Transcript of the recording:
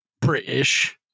british